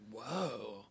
Whoa